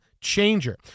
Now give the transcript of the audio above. changer